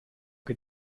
que